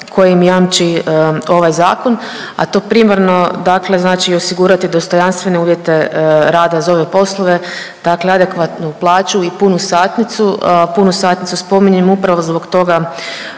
koji im jamči ovaj zakon, a to primarno dakle znači i osigurati dostojanstvene uvjete rada za ove poslove, dakle adekvatnu plaću i punu satnicu, punu satnicu spominjem upravo zbog toga